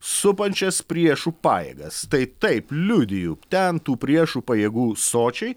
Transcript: supančias priešų pajėgas tai taip liudiju ten tų priešų pajėgų sočiai